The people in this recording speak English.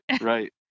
Right